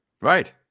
Right